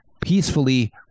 peacefully